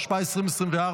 התשפ"ה 2024,